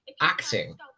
acting